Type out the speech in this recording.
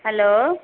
hello